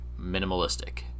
minimalistic